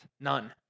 none